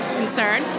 concern